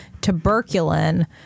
tuberculin